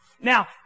Now